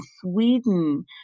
Sweden